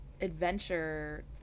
adventure